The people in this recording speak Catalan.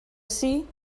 ací